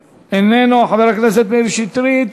איננו, חבר הכנסת מאיר שטרית,